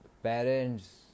Parents